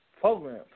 program